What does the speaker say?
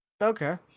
Okay